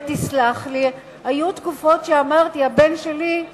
ותסלח לי, היו תקופות שאמרתי: הבן שלי,